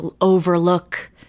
overlook